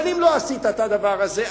אבל אם לא עשית את הדבר הזה,